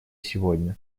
сегодня